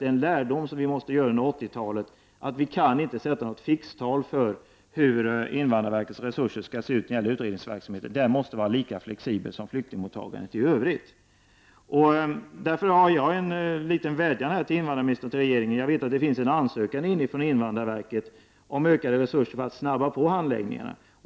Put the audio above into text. Den lärdom som vi får dra från 80-talet är att vi inte skall sätta något fixtal för hur invandrarverkets resurser skall se ut när det gäller utredningsverksamheten. Den verksamheten måste vara lika flexibel som flyktingmottagandet. Där har jag en liten vädjan till invandrarministern och regeringen — jag vet att det finns en ansökan från invandrarverket om ökade resurser för att kunna påskynda handläggningarna.